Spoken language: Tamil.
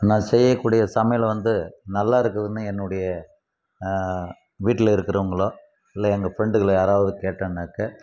நான் செய்யக்கூடிய சமையல் வந்து நல்லாருக்குதுனு என்னுடைய வீட்டில் இருக்கிறவங்களோ இல்லை எங்கள் ஃப்ரெண்டுகளை யாராவது கேட்டோம்னாக்க